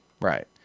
Right